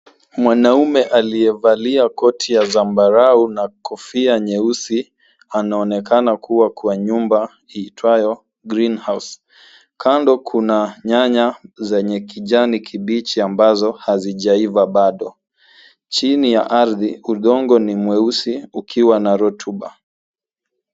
Mwanaume aliyevalia koti ya zambarau na kofia nyeusi anaonekana kuwa kwa nyumba iitwayo greenhouse .Kando kuna nyanya zenye kijani kibichi ambazo hazijaiva bado. Chini ya ardhi udongo ni mweusi ukiwa na rotuba.